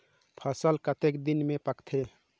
फसल कतेक दिन मे पाकथे?